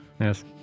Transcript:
Yes